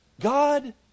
God